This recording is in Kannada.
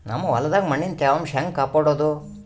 ನಮ್ ಹೊಲದಾಗ ಮಣ್ಣಿನ ತ್ಯಾವಾಂಶ ಹೆಂಗ ಕಾಪಾಡೋದು?